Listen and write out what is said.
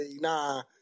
nah